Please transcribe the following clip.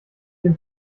dem